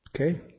okay